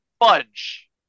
Fudge